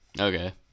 Okay